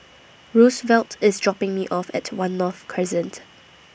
Roosevelt IS dropping Me off At one North Crescent